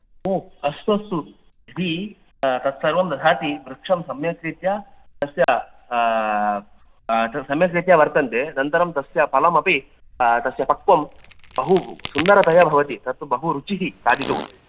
हो अस्तु अस्तु यदि तत् सर्वं ददाति वृक्षं सम्यक् रीत्या तस्य सम्यक् रीत्या वर्तन्ते अनन्तरं तस्य फलमपि तस्य पक्वं बहु सुन्दरतया भवति तत् तु बहु रुचिः खादितुं